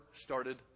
started